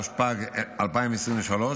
התשפ"ג 2023,